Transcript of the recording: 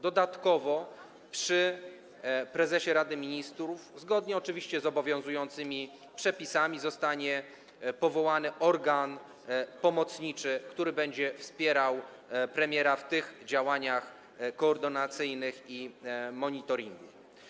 Dodatkowo przy prezesie Rady Ministrów, zgodnie oczywiście z obowiązującymi przepisami, zostanie powołany organ pomocniczy, który będzie wspierał premiera w tych działaniach koordynacyjnych i monitoringu.